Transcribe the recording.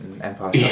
Empire